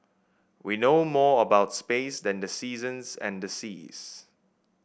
we know more about space than the seasons and the seas